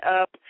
up